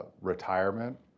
retirement